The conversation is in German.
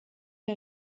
der